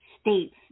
states